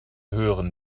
höheren